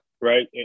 Right